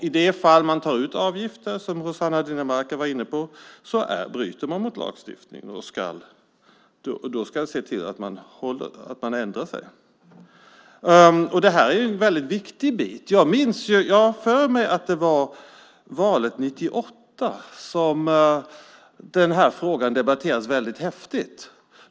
I de fall som man tar ut avgifter, som Rossana Dinamarca var inne på, bryter man mot lagstiftningen, och då får man se till att ändra på det. Detta är en väldigt viktig del. Jag har för mig att det var i valet 1998 som denna fråga debatterades väldigt häftigt.